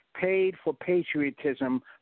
paid-for-patriotism